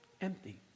Empty